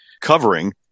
covering